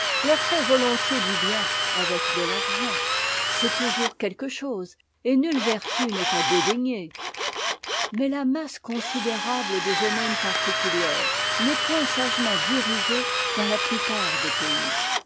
leur fait volontiers du bien avec de l'argent c'est toujours quelque chose et nulle vertu n'est à dédaigner mais la masse considérable des aumônes particulières n'est point sagement dirigée dans la plupart des pays